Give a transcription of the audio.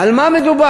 על מה מדובר,